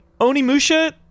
Onimusha